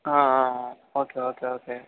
ஆ ஆ ஆ okay okay okay